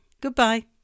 Goodbye